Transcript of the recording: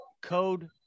code